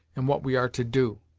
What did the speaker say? and what we are to do.